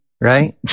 right